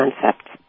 concept